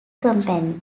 company